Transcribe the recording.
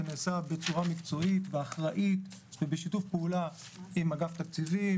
זה נעשה בצורה מקצועית ואחראית ובשיתוף פעולה עם אגף תקציבים,